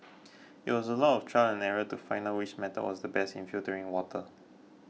it was a lot trial and error to find out which method was the best in filtering water